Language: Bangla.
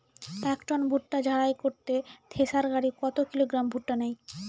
এক টন ভুট্টা ঝাড়াই করতে থেসার গাড়ী কত কিলোগ্রাম ভুট্টা নেয়?